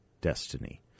destiny